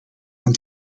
aan